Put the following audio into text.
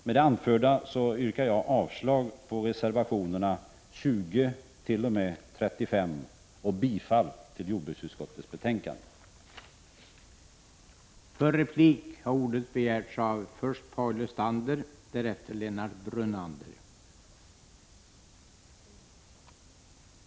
Med det anförda yrkar jag avslag på reservationerna 20-35 och bifall till Jordbruksdeparteutskottets hemställan. mentets budgetförslag